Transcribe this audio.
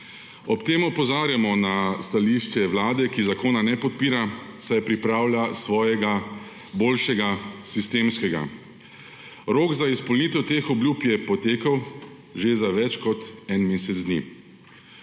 Ob tem opozarjamo na stališče Vlade, ki zakona ne podpira, saj pripravlja svojega boljšega, sistemskega. Rok za izpolnitev teh obljub je potekel že za več kot en mesec dni.